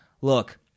look